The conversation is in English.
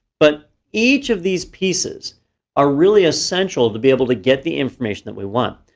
but each of these pieces are really essential to be able to get the information that we want.